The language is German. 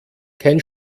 kein